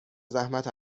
زحمت